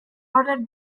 ordered